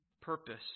purpose